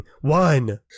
one